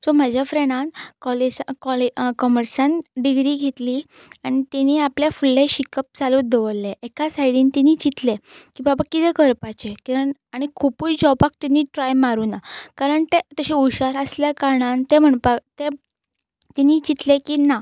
so म्हज्या फ्रँडान कॉलेसांन कॉले कॉमर्सान डिग्री घेतली आनी तेणीं आपल्या फुडलें शिकप चालूच दवरलें एका सायडीन तेणीं चिंतलें की बाबा कितें करपाचें कारण आनी खुपूय जॉबाक तेणीं ट्राय मारुंक ना कारण तें तशें हुशार आसल्या कारणान तें म्हणपाक तें तेणीं चिंतलें की ना